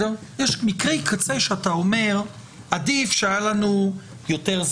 יש מקרי קצה שאתה אומר שעדיף שהיה לנו יותר...